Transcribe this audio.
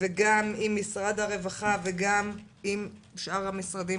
וגם עם משרד הרווחה וגם עם שאר המשרדים,